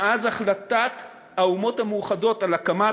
מאז החלטת האומות המאוחדות על הקמת,